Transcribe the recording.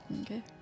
Okay